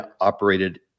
operated